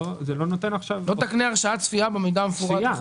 "לא תקנה הרשאת צפייה במידע המפורט".